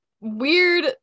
weird